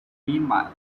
meanwhile